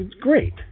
great